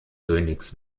königs